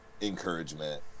encouragement